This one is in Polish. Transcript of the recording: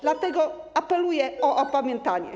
Dlatego apeluję o opamiętanie.